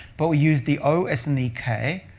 but we used the o, s, and the k,